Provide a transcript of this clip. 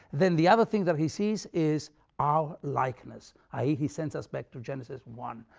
then the other things that he sees is our likeness, i e, he sends us back to genesis one,